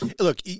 Look